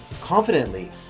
confidently